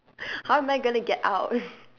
how am I going to get out